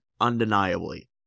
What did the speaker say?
undeniably